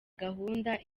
gahunda